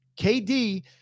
KD